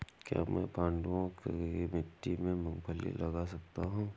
क्या मैं पडुआ की मिट्टी में मूँगफली लगा सकता हूँ?